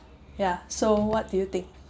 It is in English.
ya so what do you think